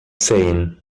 saying